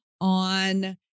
on